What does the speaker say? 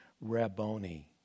rabboni